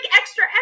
extra